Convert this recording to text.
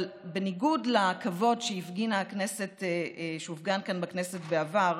אבל בניגוד לכבוד שהופגן כאן בכנסת בעבר,